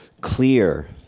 clear